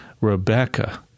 Rebecca